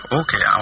okay